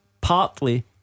partly